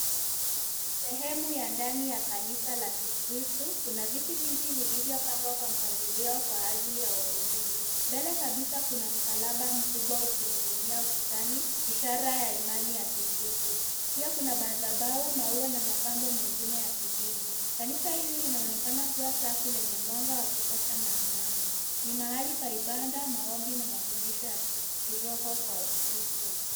Ni sehemu ya ndani ya kanisa la Kikristo. Kuna viti vingi vilivyopangwa kwa mpangilio kwa ajili ya Waumini. Mbele kabisa kuna msalaba mkubwa ukining'inia ukutani ishara ya imani ya Kikristo. Pia kuna madhabahu, maua na mapambo mengine ya kidini. Kanisa hili linaonekana kuwa safi lenye mwanga wa kutosha na amani. Ni mahali pa ibada, maombi na mafundisho ya kiroho kwa Wakristo.